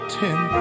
ten